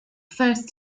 first